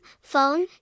Phone